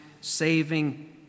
saving